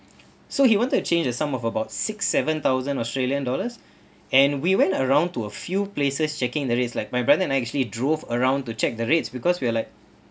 so he want to change a sum of about six seven thousand australian dollars and we went around to a few places checking the rates like my brother and I actually drove around to check the rates because we are like